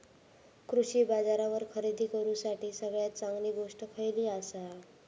कृषी बाजारावर खरेदी करूसाठी सगळ्यात चांगली गोष्ट खैयली आसा?